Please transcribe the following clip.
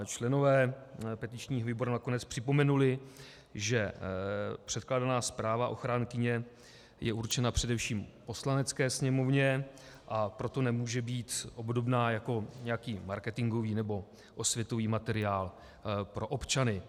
Členové petičního výboru nakonec připomenuli, že předkládaná zpráva ochránkyně je určena především Poslanecké sněmovně, a proto nemůže být obdobná jaké nějaký marketingový nebo osvětový materiál pro občany.